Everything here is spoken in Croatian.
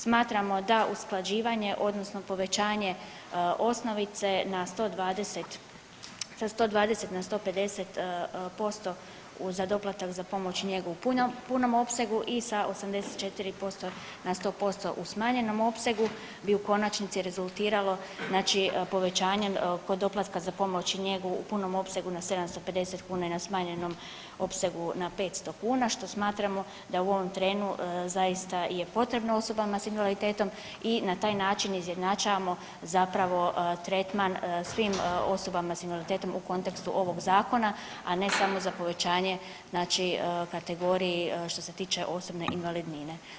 Smatramo da usklađivanje odnosno povećanje osnovice sa 120 na 150% za doplatak za pomoć i njegu u punom opsegu i za 84% na 100% u smanjenom opsegu bi u konačnici rezultiralo znači povećanjem kod doplatka za pomoć i njegu u punom opsegu na 750 kuna i na smanjenom opsegu na 500 kuna, što smatramo da u ovom trenu zaista je posebno osobama s invaliditetom i na taj način izjednačavamo zapravo tretman svim osobama s invaliditetom u kontekstu ovog Zakona, a ne samo za povećanje znači kategoriji što se tiče osobne invalidnine.